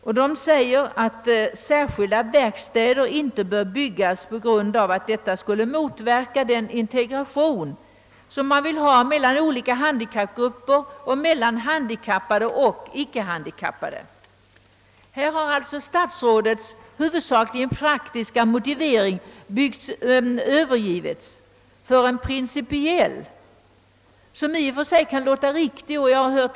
Utskottet anser att särskilda verkstäder inte bör byggas, eftersom detta skulle motverka den önskvärda integrationen mellan olika handikappgrupper och mellan handikappade och icke handikappade. Statsrådets huvudsakligen praktiska motivering har alltså övergivits av utskottet, som i stället anför en principiell motivering, vilken i och för sig kan vara riktig. Bl.